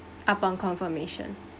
upon confirmation